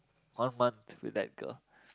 one month with that girl